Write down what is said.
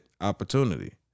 opportunity